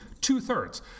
two-thirds